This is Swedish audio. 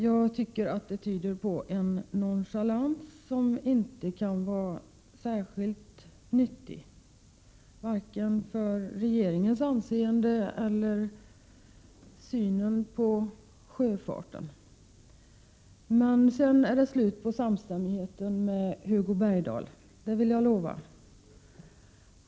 Jag tycker att det tyder på en nonchalans som inte kan vara särskilt nyttig, vare sig för regeringens anseende eller för synen på sjöfarten. Men sedan är det slut med samstämmigheten mellan Hugo Bergdahl och mig — det vill jag lova.